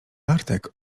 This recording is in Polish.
bartek